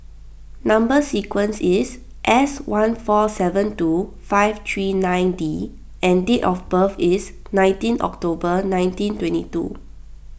Number Sequence is S one four seven two five three nine D and date of birth is nineteen October nineteen twenty two